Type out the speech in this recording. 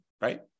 Right